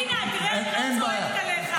האם --- אין בעיה.